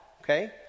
okay